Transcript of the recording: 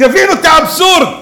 תבינו את האבסורד.